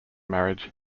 marriage